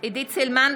עלי סלאלחה,